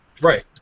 Right